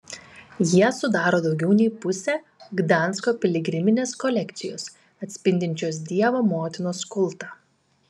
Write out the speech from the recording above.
jie sudaro daugiau nei pusę gdansko piligriminės kolekcijos atspindinčios dievo motinos kultą